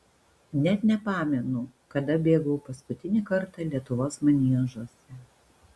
net nepamenu kada bėgau paskutinį kartą lietuvos maniežuose